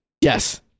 Yes